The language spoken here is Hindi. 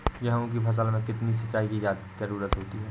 गेहूँ की फसल में कितनी सिंचाई की जरूरत होती है?